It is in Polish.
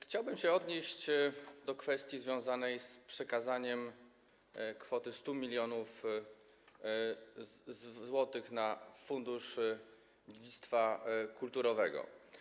Chciałbym się odnieść do kwestii związanej z przekazaniem kwoty 100 mln zł na Fundację Dziedzictwa Kulturowego.